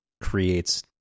creates